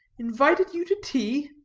invited you to tea?